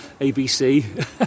ABC